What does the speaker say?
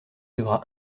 devra